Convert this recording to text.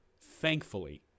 thankfully